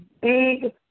big